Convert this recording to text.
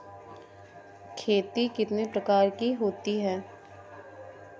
खेती कितने प्रकार की होती है?